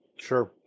Sure